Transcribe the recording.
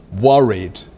worried